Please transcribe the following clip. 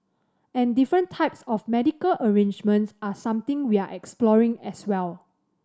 and different types of medical arrangements are something we're exploring as well